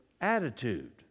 attitude